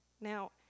Now